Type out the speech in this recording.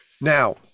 Now